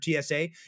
TSA